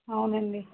అవునండీ